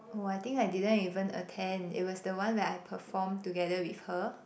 oh I think I didn't even attend it was the one where I performed together with her